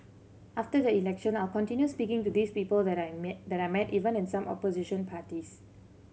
after the election I'll continue speaking to these people that I met that I met even in some opposition parties